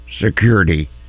Security